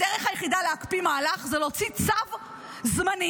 הדרך היחידה להקפיא מהלך זה להוציא צו זמני,